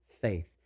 faith